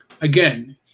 again